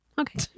Okay